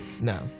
No